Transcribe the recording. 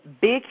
big